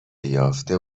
یافته